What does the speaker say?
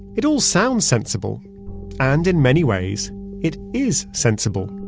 it all sounds sensible and in many ways it is sensible.